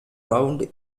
round